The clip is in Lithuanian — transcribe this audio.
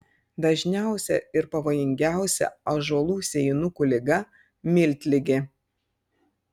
dažniausia ir pavojingiausia ąžuolų sėjinukų liga miltligė